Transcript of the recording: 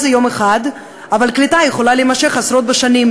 זה יום אחד אבל קליטה יכולה להימשך עשרות שנים,